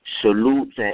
Salute